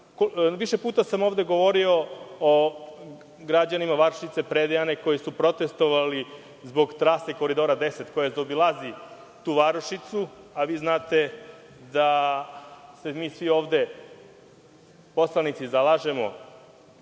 puta sam ovde govorio o građanima varošice Predejane koji su protestovali zbog trase Koridora 10, koja zaobilazi tu varošicu. Vi znate da se mi svi poslanici ovde zalažemo,